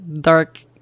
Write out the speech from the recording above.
dark